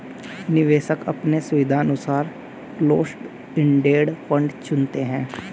निवेशक अपने सुविधानुसार क्लोस्ड इंडेड फंड चुनते है